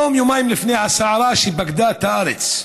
יום-יומיים לפני הסערה שפקדה את הארץ.